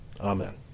Amen